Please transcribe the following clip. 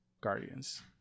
guardians